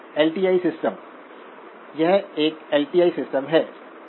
L T I system यह एक L T I system है